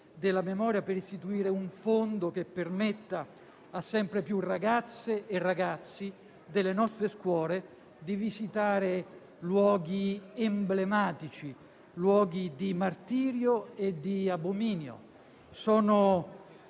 della memoria, che permetteranno a sempre più ragazze e ragazzi delle nostre scuole di visitare luoghi emblematici, luoghi di martirio e di abominio,